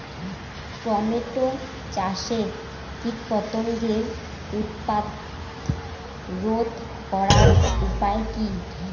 Tomato চাষে কীটপতঙ্গের উৎপাত রোধ করার উপায় কী?